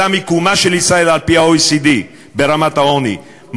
אלא מיקומה של ישראל על-פי ה-OECD ברמת העוני,